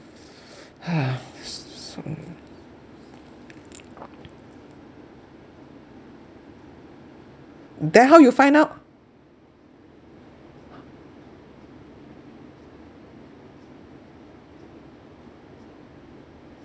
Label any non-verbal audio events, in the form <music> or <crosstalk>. <breath> s~ so <noise> then how you find out